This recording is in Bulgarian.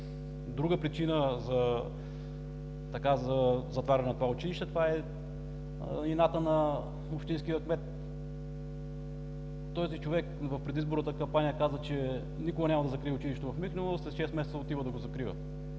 друга причина за затваряне на това училище – това е инатът на общинския кмет. Този човек в предизборната кампания каза, че никога няма да закрие училището в Михнево, след шест месеца отива да го закрива.